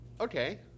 Okay